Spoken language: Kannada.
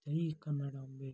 ಜೈ ಕನ್ನಡಾಂಬೆ